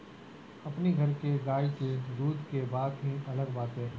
अपनी घर के गाई के दूध के बात ही अलग बाटे